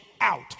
out